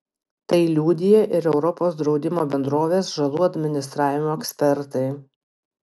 tai liudija ir europos draudimo bendrovės žalų administravimo ekspertai